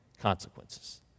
consequences